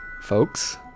Folks